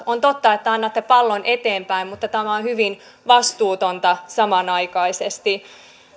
on totta että annatte pallon eteenpäin mutta tämä on hyvin vastuutonta samanaikaisesti